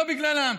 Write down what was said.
לא בגללם.